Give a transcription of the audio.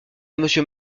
monsieur